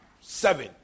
seven